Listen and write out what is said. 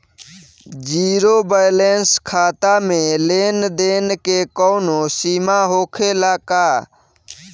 Zero balance खाता में लेन देन के कवनो सीमा होखे ला का?